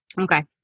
Okay